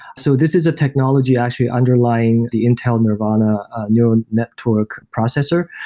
so this is a technology actually underlying the intel nervana neural network processor,